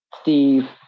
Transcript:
Steve